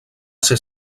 ser